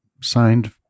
signed